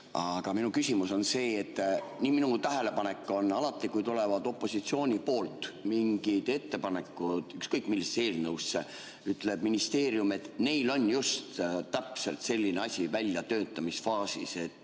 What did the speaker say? Aga minu küsimus on see. Minu tähelepanek on selline: alati, kui tulevad opositsioonilt mingid ettepanekud ükskõik millise eelnõu kohta, ütleb ministeerium, et neil on just täpselt selline asi väljatöötamisfaasis.